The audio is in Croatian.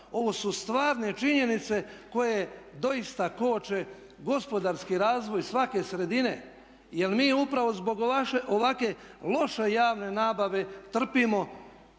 ovo su stvarne činjenice koje doista koče gospodarski razvoj svake sredine jer mi upravo zbog ovakve loše javne nabave trpimo.